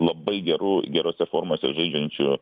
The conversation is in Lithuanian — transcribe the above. labai gerų gerose formose žaidžiančių